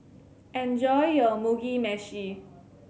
enjoy your Mugi Meshi